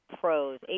PROS